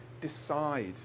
Decide